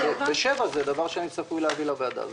סעיף 7 זה דבר שאני צפוי להביא לוועדה.